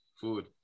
food